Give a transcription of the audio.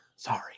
Sorry